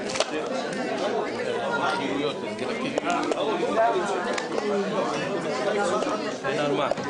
14:20.